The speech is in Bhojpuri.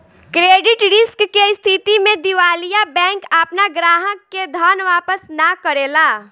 क्रेडिट रिस्क के स्थिति में दिवालिया बैंक आपना ग्राहक के धन वापस ना करेला